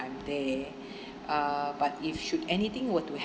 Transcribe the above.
I'm there uh but if should anything were to